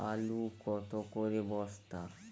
আলু কত করে বস্তা?